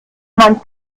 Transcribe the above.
man